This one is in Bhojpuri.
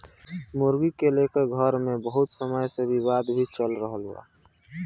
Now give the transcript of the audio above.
मुर्गी के लेके घर मे बहुत समय से विवाद भी चल रहल बा